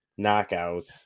knockouts